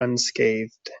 unscathed